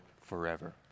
forever